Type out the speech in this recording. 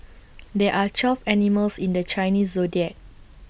there are twelve animals in the Chinese Zodiac